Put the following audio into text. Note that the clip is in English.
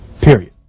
Period